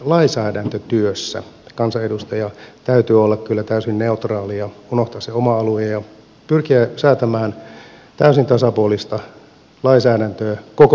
lainsäädäntötyössä kansanedustajan täytyy olla täysin neutraali ja unohtaa se oma alue ja pyrkiä säätämään täysin tasapuolista lainsäädäntöä koko valtakuntaan